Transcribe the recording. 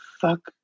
fuck